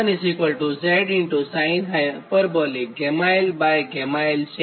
અને આ Z1Z sinh l l છે